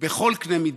בכל קנה מידה.